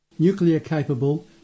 nuclear-capable